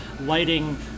lighting